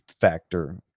factor